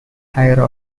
higher